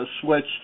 switch